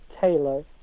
Taylor